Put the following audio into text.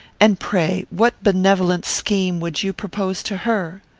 and, pray, what benevolent scheme would you propose to her?